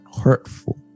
hurtful